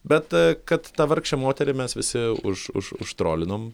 bet kad tą vargšę moterį mes visi už už užtrolinom